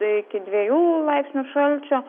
iki dviejų laipsnių šalčio